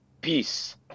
peace